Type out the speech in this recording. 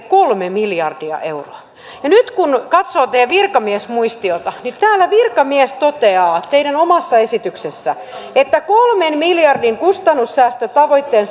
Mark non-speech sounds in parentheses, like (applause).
(unintelligible) kolme miljardia euroa nyt kun katsoo teidän virkamiesmuistiotanne niin täällä virkamies toteaa teidän omassa esityksessänne että kolmen miljardin kustannussäästötavoitteen (unintelligible)